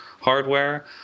hardware –